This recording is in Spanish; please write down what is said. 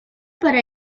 para